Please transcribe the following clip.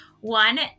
one